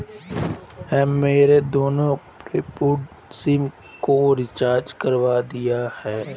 मैंने मेरे दोनों प्रीपेड सिम का रिचार्ज करवा दिया था